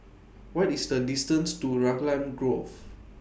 What IS The distance to Raglan Grove